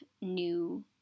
new